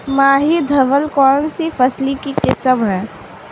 माही धवल कौनसी फसल की किस्म है?